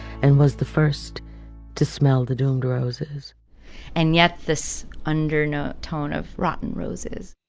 and was the first to smell the doomed roses and yet this under no tone of rotten roses